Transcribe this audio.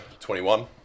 21